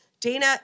Dana